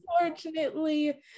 unfortunately